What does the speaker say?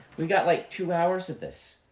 we've got, like, two hours of this.